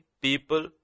people